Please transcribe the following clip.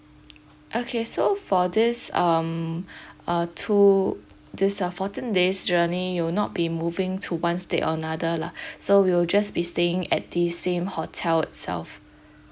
okay so for this um uh two this uh fourteen days journey you'll not be moving to one state or another lah so we'll just be staying at the same hotel itself